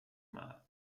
mal